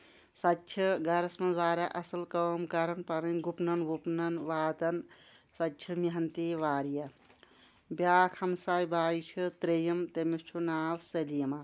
سۄ تہِ چھِ گرَس منٛز واریاہ اَصٕل کٲم کَران پَنٕنۍ گُپنن وُپنن واتن سۄ تہِ چھےٚ محنتی واریاہ بیاکھ ہمسایہِ باے چھِ تریِم تٔمِس چھُ ناو سلیما